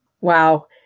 Wow